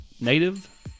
native